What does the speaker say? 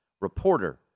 Reporter